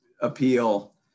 appeal